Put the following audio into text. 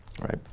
right